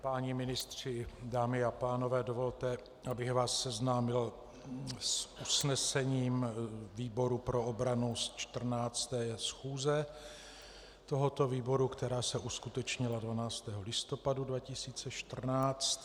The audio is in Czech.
Páni ministři, dámy a pánové, dovolte, abych vás seznámil s usnesením výboru pro obranu ze 14. schůze tohoto výboru, která se uskutečnila 12. listopadu 2014.